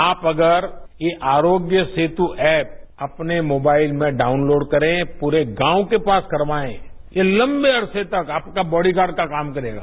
आप अगर ये आरोग्य सेत् ऐप अपने मोबाइल में डाउनलोड करेंए पूरे गांव के पास करवाएंए ये लंबे अरसे तक आपका बॉडीगार्ड का काम करेगा